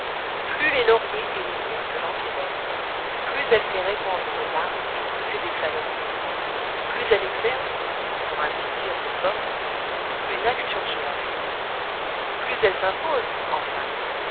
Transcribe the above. plus les lauriers et les myrtes l'environnent plus elle fait répandre de larmes et pousser d'éclats de rire plus elle exerce pour ainsi dire de force une action sur la foule plus elle s'impose enfin